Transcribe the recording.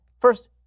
first